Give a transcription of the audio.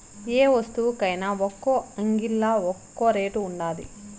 యే వస్తువుకైన ఒక్కో అంగిల్లా ఒక్కో రేటు ఉండాది